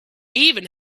even